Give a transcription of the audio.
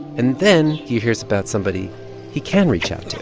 and then he hears about somebody he can reach out to